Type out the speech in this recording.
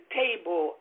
table